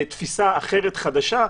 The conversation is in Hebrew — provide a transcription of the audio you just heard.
יש תפיסה אחרת חדשה,